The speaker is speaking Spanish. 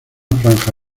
franja